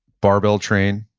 barbell train,